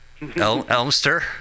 Elmster